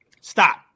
stop